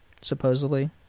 supposedly